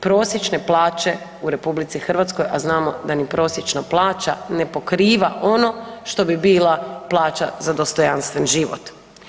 prosječne plaće u Republici Hrvatskoj, a znamo da ni prosječna plaća ne pokriva ono što bi bila plaća za dostojanstven život.